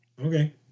Okay